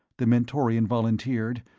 the mentorian volunteered,